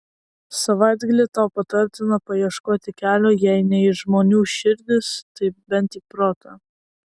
savaitgalį tau patartina paieškoti kelio jei ne į žmonių širdis tai bent į protą